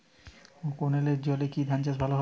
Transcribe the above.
ক্যেনেলের জলে কি ধানচাষ ভালো হয়?